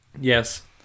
Yes